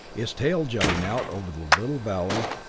its tail jutting out over the little valley,